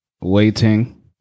waiting